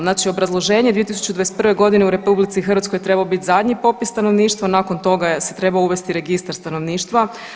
Znači obrazloženje, 2021.g. u RH trebao bi biti zadnji popis stanovništva nakon toga se treba uvesti registar stanovništva.